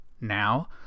now